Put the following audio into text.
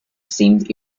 seemed